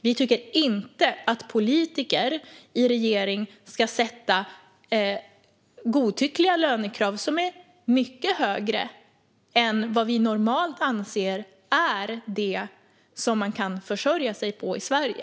Vi tycker inte att politiker i regering ska ställa godtyckliga lönekrav som är mycket högre än vad vi normalt anser är vad man kan försörja sig på i Sverige.